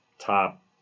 top